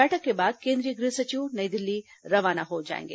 बैठक के बाद केन्द्रीय गृह सचिव नई दिल्ली रवाना हो जाएंगे